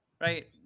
right